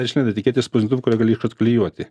išlenda etiketė iš spausdintuvo kurią gali iš karto klijuoti